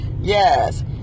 Yes